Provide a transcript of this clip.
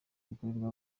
rikorerwa